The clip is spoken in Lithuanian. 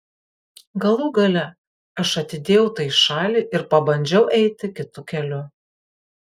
galų gale aš atidėjau tai į šalį ir pabandžiau eiti kitu keliu